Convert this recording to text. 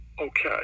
Okay